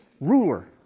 ruler